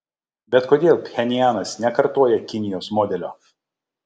bet kodėl pchenjanas nekartoja kinijos modelio